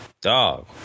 Dog